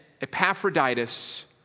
Epaphroditus